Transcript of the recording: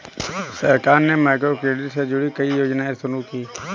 सरकार ने माइक्रोक्रेडिट से जुड़ी कई योजनाएं शुरू की